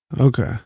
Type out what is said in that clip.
Okay